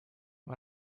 why